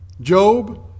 Job